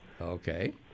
Okay